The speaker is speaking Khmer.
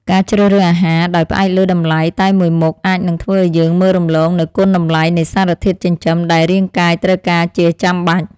ការជ្រើសរើសអាហារដោយផ្អែកលើតម្លៃតែមួយមុខអាចនឹងធ្វើឲ្យយើងមើលរំលងនូវគុណតម្លៃនៃសារធាតុចិញ្ចឹមដែលរាងកាយត្រូវការជាចាំបាច់។